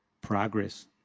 progress